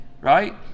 right